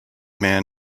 man